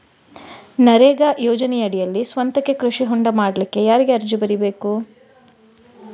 ನರೇಗಾ ಯೋಜನೆಯಡಿಯಲ್ಲಿ ಸ್ವಂತಕ್ಕೆ ಕೃಷಿ ಹೊಂಡ ಮಾಡ್ಲಿಕ್ಕೆ ಯಾರಿಗೆ ಅರ್ಜಿ ಬರಿಬೇಕು?